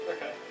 Okay